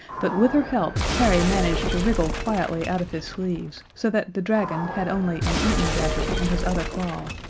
but with her help harry managed to wriggle quietly out of his sleeves, so that the dragon had only an eton jacket in his other claw.